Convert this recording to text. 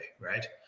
right